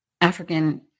African